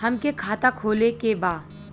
हमके खाता खोले के बा?